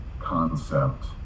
concept